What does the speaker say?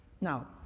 Now